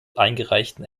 eingereichten